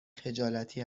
خجالتی